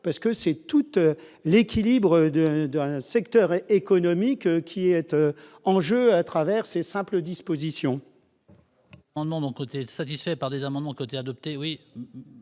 parce que tout l'équilibre d'un secteur économique est en jeu au travers de ces simples dispositions.